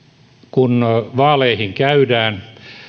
kun vaaleihin käydään